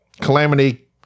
Calamity